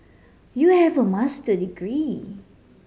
you have a Master degree